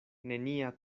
nenia